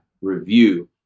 review